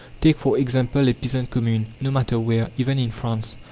take for example a peasant commune, no matter where, even in france,